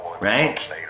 right